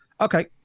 okay